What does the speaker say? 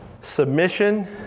Submission